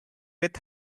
with